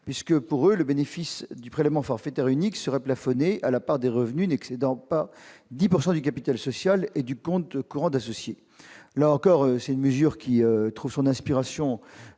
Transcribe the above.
indépendants, le bénéfice du prélèvement forfaitaire unique serait plafonné à la part du revenu n'excédant pas 10 % du capital social et du compte courant d'associé. Là encore, une telle mesure trouve son inspiration